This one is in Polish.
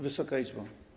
Wysoka Izbo!